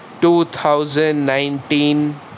2019